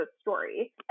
story